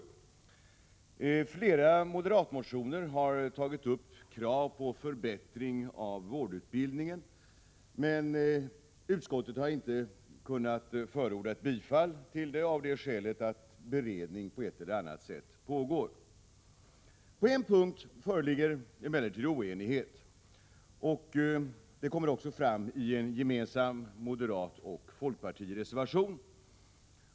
I flera moderata motioner har ställts krav på förbättring av vårdutbildningen, men utskottet har inte kunnat förorda bifall till dessa motioner av det skälet att beredning på ett eller annat sätt pågår. På en punkt föreligger emellertid oenighet, vilket kommer fram i en gemensam moderatoch folkpartireservation.